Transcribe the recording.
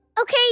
okay